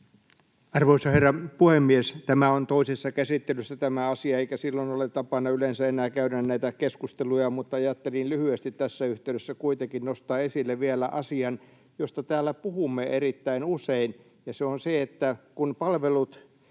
Arvoisa herra puhemies! Tämä asia on toisessa käsittelyssä, eikä silloin ole yleensä enää tapana käydä näitä keskusteluja, mutta ajattelin lyhyesti tässä yhteydessä kuitenkin nostaa esille vielä asian, josta täällä puhumme erittäin usein. Se on se, että kun palvelut